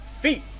feet